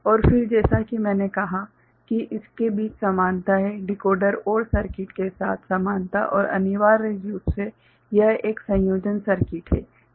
और फिर जैसा कि मैंने कहा कि इसके बीच समानता है डिकोडर OR सर्किट के साथ समानता और अनिवार्य रूप से यह एक संयोजन सर्किट है - यह रोम